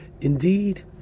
Indeed